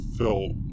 felt